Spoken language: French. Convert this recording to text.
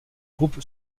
groupe